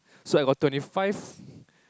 so I got twenty five